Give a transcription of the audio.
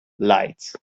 lights